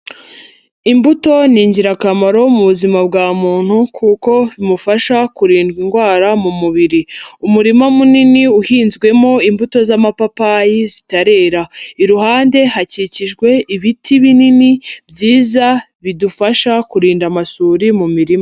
Imbuto ni ingirakamaro mu buzima bwa muntu kuko bimufasha kurinda indwara mu mubiri, umurima munini uhinzwemo imbuto z'amapapayi zitarera, iruhande hakikijwe ibiti binini byiza bidufasha kurinda amasuri mu mirima.